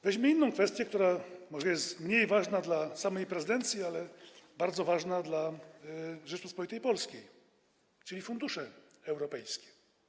Weźmy inną kwestię, która może jest mniej ważna dla samej prezydencji, ale bardzo ważna dla Rzeczypospolitej Polskiej, czyli sprawę funduszy europejskich.